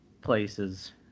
places